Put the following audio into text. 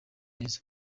neza